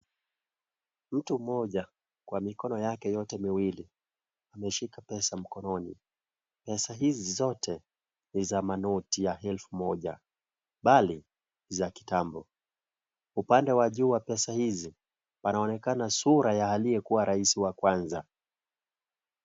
Mtu mmoja kwa mikono yake yote miwili, ameshika pesa mkononi. Pesa hizi zote ni za manoti ya elfu moja, bali za kitambo. Upande wa juu pesa hizi, panaonekana sura ya aliyekuwa raisi wa kwanza.